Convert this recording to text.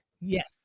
Yes